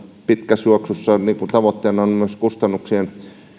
pitkässä juoksussa sen toimivan yhteistyön tavoitteena on myös kustannuksien